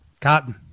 Cotton